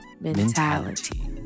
mentality